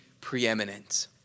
preeminent